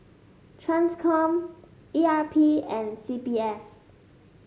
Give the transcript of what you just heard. Transcom E R P and C P F